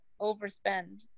overspend